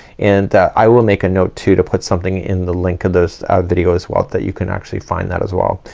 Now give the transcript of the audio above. and ah, i will make a note too, to put something in the link of this ah video as well, that you can actually find that as well.